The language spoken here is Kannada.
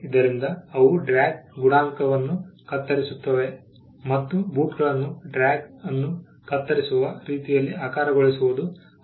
ಇದರಿಂದ ಅವು ಡ್ರ್ಯಾಗ್ ಗುಣಾಂಕವನ್ನು ಕತ್ತರಿಸುತ್ತವೆ ಮತ್ತು ಬೂಟುಗಳನ್ನು ಡ್ರ್ಯಾಗ್ ಅನ್ನು ಕತ್ತರಿಸುವ ರೀತಿಯಲ್ಲಿ ಆಕಾರಗೊಳಿಸುವುದು ಅವಶ್ಯಕ